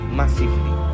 massively